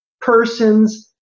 persons